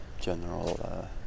general